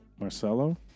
Marcelo